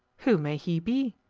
who may he be?